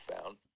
found